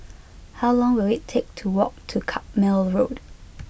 how long will it take to walk to Carpmael Road